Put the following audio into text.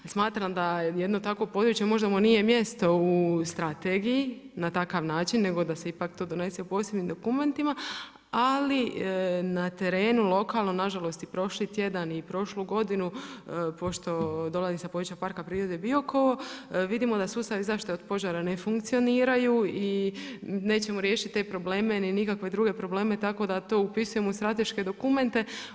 Smatram da je jedno takvo područje, možda mu nije mjesto u strategiji, na takav način, nego da se ipak to donese u posebnim dokumentima, ali na teretnu, lokalno, nažalost i prošli tjedan i prošlu godinu, pošto dolazim sa područja parka prirode Biokovo, vidimo da sustavi zaštite od požara ne funkcioniraju i nećemo riješiti te probleme tako da to upisujem u strateške dokumente.